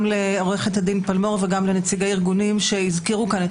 גם לעו"ד פלמור וגם לנציגי ארגונים שהזכירו כאן את